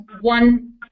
one